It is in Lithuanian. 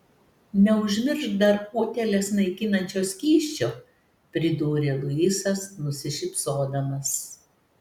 neužmiršk dar utėles naikinančio skysčio pridūrė luisas nusišypsodamas